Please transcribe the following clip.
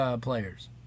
players